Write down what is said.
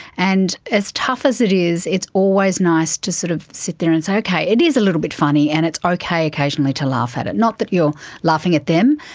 and as tough as it is, it's always nice to sort of sit there and say, okay, it is a little bit funny and it's okay occasionally to laugh at it. not that you are laughing at them,